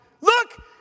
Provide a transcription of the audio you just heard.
Look